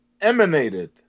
emanated